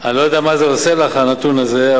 אני לא יודע מה עושה לך הנתון הזה,